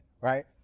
right